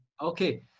Okay